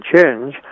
change